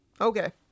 Okay